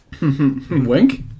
wink